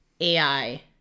ai